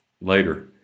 later